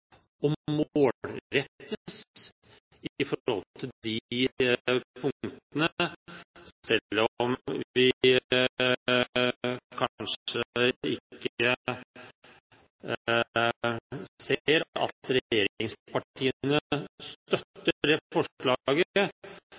og målrettes når det gjelder disse punktene. Selv om vi kanskje ikke ser at regjeringspartiene støtter det forslaget,